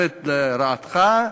עומדות לרעתך,